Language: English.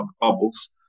bubbles